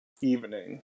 evening